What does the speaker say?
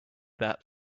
that